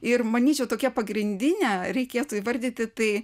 ir manyčiau tokia pagrindine reikėtų įvardyti tai